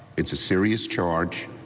it's a serious charge.